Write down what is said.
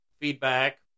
feedback